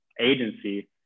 agency